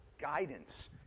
guidance